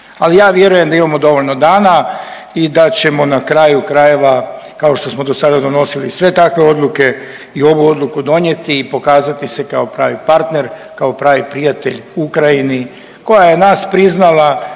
ali ja vjerujem da imamo dovoljno dana i da ćemo na kraju krajeva, kao što smo dosada donosili sve takve odluke i ovu odluku donijeti i pokazati se kao pravi partner i kao pravi prijatelj Ukrajini koja je nas priznala